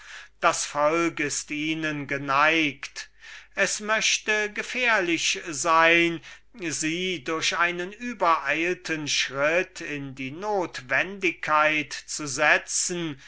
das volk ist ihnen geneigt und es möchte gefährlich sein sie durch einen übereilten schritt in die notwendigkeit zu setzen